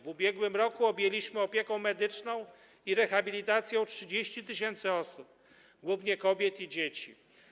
W ubiegłym roku objęliśmy opieką medyczną i rehabilitacją 30 tys. osób, głównie kobiety i dzieci.